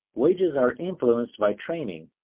wages are influenced by training,